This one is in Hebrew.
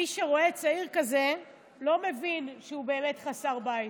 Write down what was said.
מי שרואה צעיר כזה לא מבין שהוא באמת חסר בית,